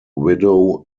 widow